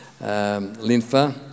Linfa